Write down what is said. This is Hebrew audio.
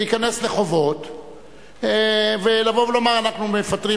להיכנס לחובות ולבוא ולומר: אנחנו מפטרים